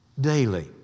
daily